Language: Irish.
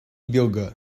beaga